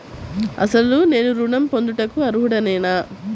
అసలు నేను ఋణం పొందుటకు అర్హుడనేన?